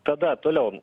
tada toliau